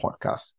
Podcast